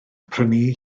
prynu